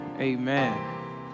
Amen